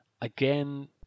again